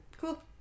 cool